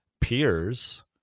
peers